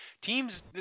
teams